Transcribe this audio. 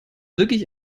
wirklich